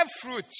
fruit